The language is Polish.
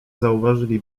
zauważyli